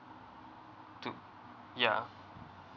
to ya